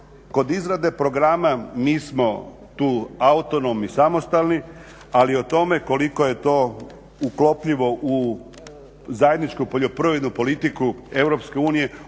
Kod izrade programa mi smo tu autonomi samostalni ali o tome koliko je to uklopljivo u zajedničku poljoprivredu politiku EU,